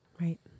Right